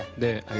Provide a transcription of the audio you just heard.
the